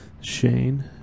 Shane